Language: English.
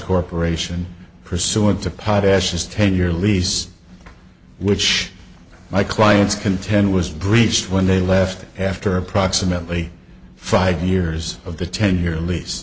corporation pursuant to potash his ten year lease which my clients contend was breached when they left after approximately five years of the ten year lease